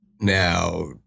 Now